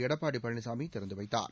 எடப்பாடி பழனிசாமி திறந்து வைத்தார்